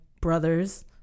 brothers